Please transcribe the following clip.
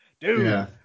Dude